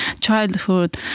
childhood